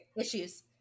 Issues